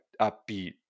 upbeat